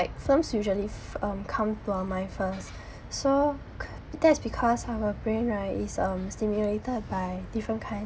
films usually um come to our my minds first so that's because our brain right is um stimulated by different kinds